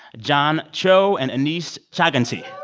john cho and aneesh chaganty.